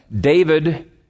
David